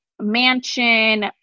mansion